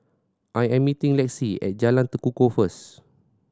I am meeting Lexie at Jalan Tekukor first